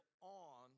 on